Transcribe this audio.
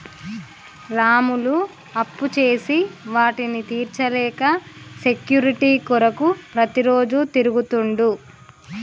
రాములు అప్పుచేసి వాటిని తీర్చలేక సెక్యూరిటీ కొరకు ప్రతిరోజు తిరుగుతుండు